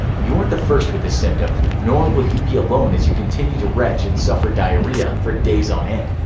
you weren't the first with this symptom, nor will you be alone as you continue to retch and suffer diarrhea for days on end.